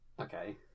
okay